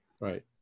Right